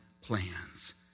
plans